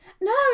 No